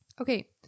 Okay